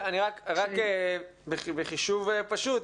בחישוב פשוט,